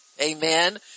Amen